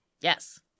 Yes